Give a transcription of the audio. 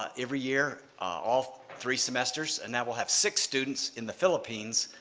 ah every year, all three semesters, and now we'll have six students in the philippines,